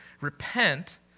Repent